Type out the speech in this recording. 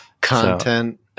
Content